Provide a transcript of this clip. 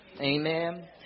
amen